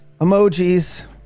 emojis